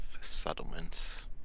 settlements